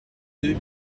deux